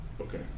Okay